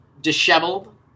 disheveled